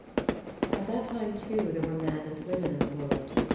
at that time, too, there were men and women in the world.